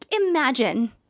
imagine